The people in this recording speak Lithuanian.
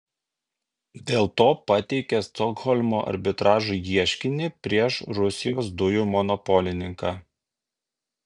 dėl to pateikė stokholmo arbitražui ieškinį prieš rusijos dujų monopolininką